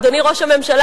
אדוני ראש הממשלה,